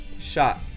Shot